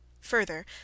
Further